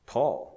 Paul